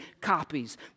copies